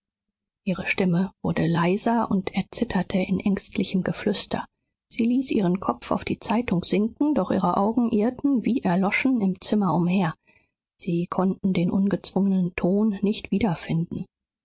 ihre stimme wurde leiser und erzitterte in ängstlichem geflüster sie ließ ihren kopf auf die zeitung sinken doch ihre augen irrten wie erloschen im zimmer umher sie konnten den ungezwungenen ton nicht wiederfinden